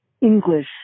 English